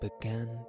began